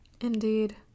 Indeed